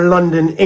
London